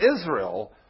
Israel